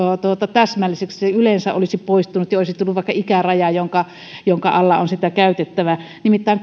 täsmälliseksi se yleensä olisi poistunut ja olisi tullut vaikka ikäraja jonka jonka alla on sitä käytettävä nimittäin